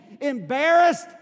embarrassed